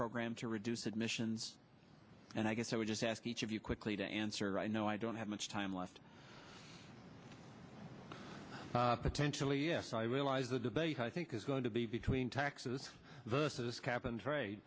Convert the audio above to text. program to reduce admissions and i guess i would just ask each of you quickly to answer i know i don't have much time left potentially yes i realize the debate i think is going to be between taxes versus cap